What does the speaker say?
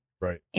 Right